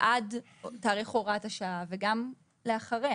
עד תאריך הוראת השעה וגם אחריה,